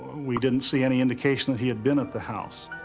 we didn't see any indication that he had been at the house.